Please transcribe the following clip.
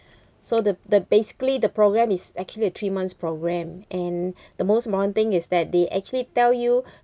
so the the basically the programme is actually a three months programme and the most important is that they actually tell you